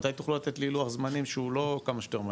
מתי תוכלו לתת לי לוח זמנים שהוא לא כמה שיותר מהר?